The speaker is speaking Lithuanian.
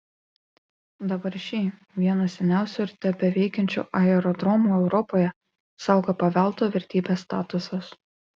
dabar šį vieną seniausių ir tebeveikiančių aerodromų europoje saugo paveldo vertybės statusas